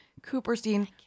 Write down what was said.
Cooperstein